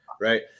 right